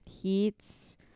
heats